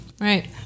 Right